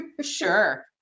Sure